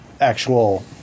actual